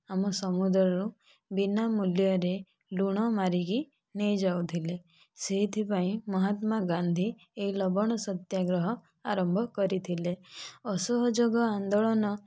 ଆମ ସମୁଦ୍ରରୁ ବିନା ମୂଲ୍ୟରେ ଲୁଣ ମାରିକି ନେଇ ଯାଉଥିଲେ ସେଥିପାଇଁ ମହାତ୍ମା ଗାନ୍ଧୀ ଏହି ଲବଣ ସତ୍ୟାଗ୍ରହ ଆରମ୍ଭ କରିଥିଲେ ଅସହଯୋଗ ଆନ୍ଦୋଳନ